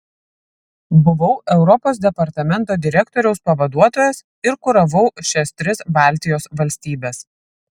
buvau europos departamento direktoriaus pavaduotojas ir kuravau šias tris baltijos valstybes